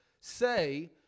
say